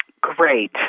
Great